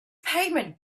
payment